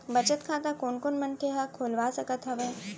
बचत खाता कोन कोन मनखे ह खोलवा सकत हवे?